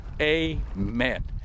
Amen